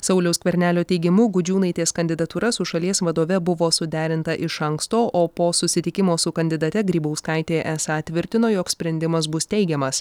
sauliaus skvernelio teigimu gudžiūnaitės kandidatūra su šalies vadove buvo suderinta iš anksto o po susitikimo su kandidate grybauskaitė esą tvirtino jog sprendimas bus teigiamas